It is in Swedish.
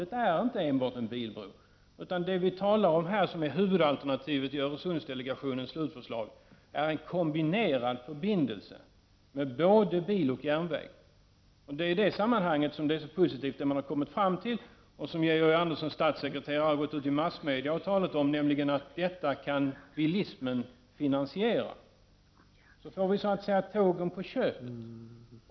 Det är inte enbart en bilbro, utan huvudalternativet i Öresundsdelegationens slutförslag är en kombinerad förbindelse med både bilväg och järnväg. I det sammanhanget är det då positivt det man har kommit fram till och som Georg Anderssons statssekreterare har gått ut och talat om i massmedia, nämligen att detta kan bilismen finansiera. Då får vi så att säga tågen på köpet.